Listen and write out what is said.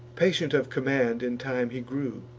patient of command in time he grew,